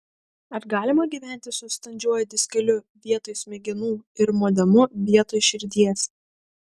ar galima gyventi su standžiuoju diskeliu vietoj smegenų ir modemu vietoj širdies